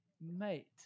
mate